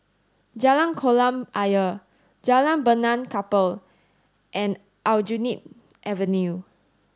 Jalan Kolam Ayer Jalan Benaan Kapal and Aljunied Avenue